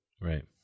right